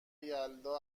یلدا